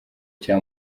cya